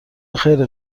خیرت